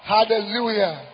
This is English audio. Hallelujah